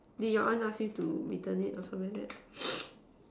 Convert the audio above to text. did you aunt ask you to return it or something like that